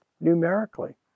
numerically